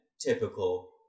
typical